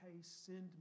send